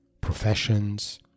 professions